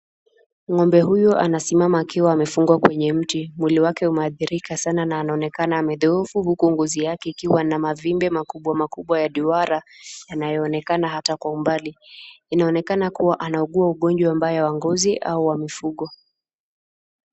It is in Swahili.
Ng'ombe huyu ana simama akiwa amefungwa kwenye mti, mwili wake ume adhirika sana na anaonekana amedhuufu huku ngozi yake ikiwa na mavimbe makubwa makubwa ya duara inayo onekana hata kwa umbali. Ina onekana kuwa ana ugua ugonjwa ambayo wa ngozi au wa mifugo.